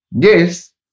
Yes